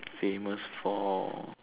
famous for